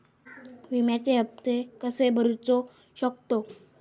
विम्याचे हप्ते कसे भरूचो शकतो?